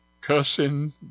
cussing